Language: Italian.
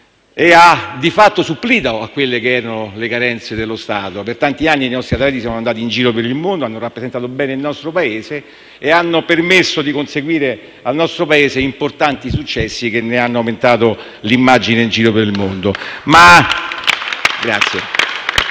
che ha, di fatto, supplito alle carenze dello Stato. Per tanti anni i nostri atleti sono andati in giro per il mondo, hanno rappresentato bene l'Italia e le hanno permesso di conseguire importanti successi che ne hanno migliorato l'immagine in giro per il mondo.